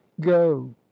Go